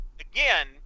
again